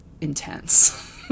intense